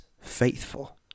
faithful